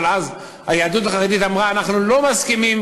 היהדות החרדית אמרה: אנחנו לא מסכימים